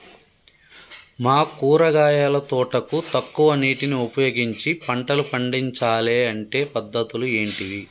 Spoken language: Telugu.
మా కూరగాయల తోటకు తక్కువ నీటిని ఉపయోగించి పంటలు పండించాలే అంటే పద్ధతులు ఏంటివి?